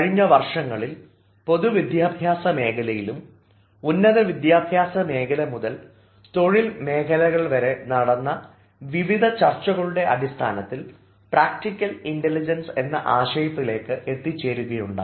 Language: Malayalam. കഴിഞ്ഞ വർഷങ്ങളിൽ പൊതു വിദ്യാഭ്യാസ മേഖലയിലും ഉന്നത വിദ്യാഭ്യാസ മേഖല മുതൽ തൊഴിൽ മേഖലകൾ വരെ നടന്ന വിവിധ ചർച്ചകളുടെ അടിസ്ഥാനത്തിൽ പ്രാക്ടിക്കൽ ഇൻറലിജൻസ് എന്ന ആശയത്തിലേക്ക് എത്തിച്ചേരുകയുണ്ടായി